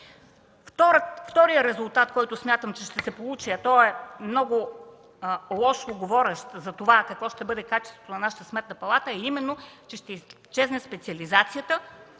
Вторият резултат, който смятам, че ще се получи и е много лошо говорещ за това какво ще бъде качеството на нашата Сметна палата – ще изчезне специализацията,